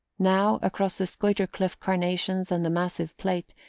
now, across the skuytercliff carnations and the massive plate,